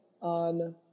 on